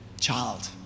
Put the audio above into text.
child